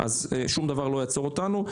אז שום דבר לא יעצור אותנו.